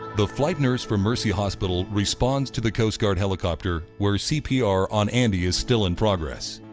the flight nurse for mercy hospital responds to the coast guard helicopter where cpr on andy is still in progress.